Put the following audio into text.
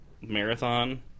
marathon